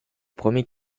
premier